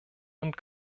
und